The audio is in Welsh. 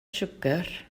siwgr